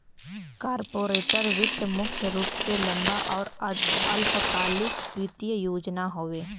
corporate वित्त मुख्य रूप से लंबा आउर अल्पकालिक वित्तीय योजना हौ